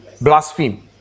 blaspheme